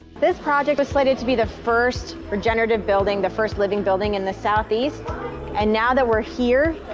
this project was slated to be the first regenerative building, the first living building in the southeast and now that we're here,